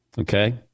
Okay